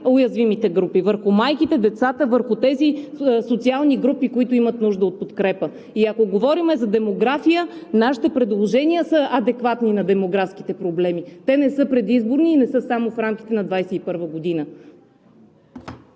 най-уязвимите групи – върху майките, децата, върху тези социални групи, които имат нужда от подкрепа. Ако говорим за демография, нашите предложния са адекватни на демографските проблеми. Те не са предизборни и не са само в рамките на 2021 г.